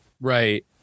right